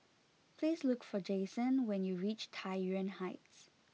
please look for Jasen when you reach Tai Yuan Heights